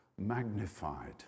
magnified